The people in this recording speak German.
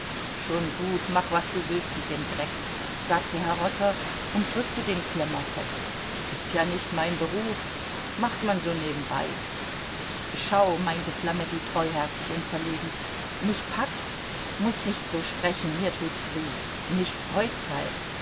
schon gut mach was du willst mit dem dreck sagte herr rotter und drückte den klemmer fest ist ja nicht mein beruf macht man so nebenbei schau meinte flametti treuherzig und verlegen mich packt's mußt nicht so sprechen mir tut's weh mich freut's halt